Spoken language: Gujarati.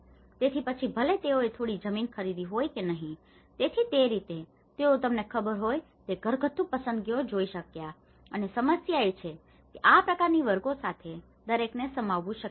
તેથી પછી ભલે તેઓએ થોડી જમીન ખરીદી હોય કે નહીં તેથી તે રીતે તેઓ તમને ખબર હોય તે ઘરગથ્થુ પસંદગીઓ જોઈ શક્યા અને સમસ્યા એ છે કે આ પ્રકારની વર્ગો સાથે દરેકને સમાવવાનું શક્ય નથી